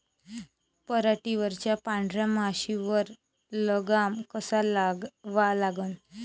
पराटीवरच्या पांढऱ्या माशीवर लगाम कसा लावा लागन?